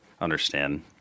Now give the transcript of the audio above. understand